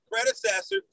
predecessor